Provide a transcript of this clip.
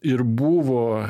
ir buvo